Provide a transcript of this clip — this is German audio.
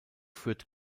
führt